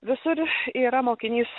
visur yra mokinys